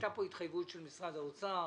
הייתה פה התחייבות של משרד האוצר,